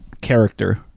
character